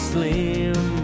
Slim